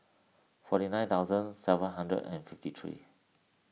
forty nine thousand seven hundred and fifty three